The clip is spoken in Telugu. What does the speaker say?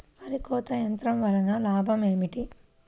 వరి కోత యంత్రం వలన లాభం ఏమిటి?